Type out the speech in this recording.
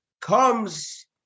comes